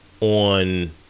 on